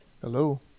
Hello